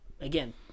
Again